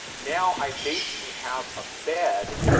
now i basically have a bed,